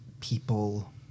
people